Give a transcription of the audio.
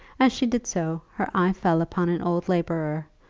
as she did so, her eye fell upon an old labourer,